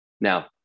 now